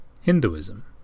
Hinduism